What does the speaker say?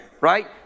Right